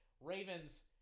Ravens